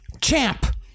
Champ